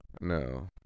No